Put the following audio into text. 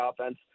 offense